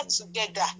together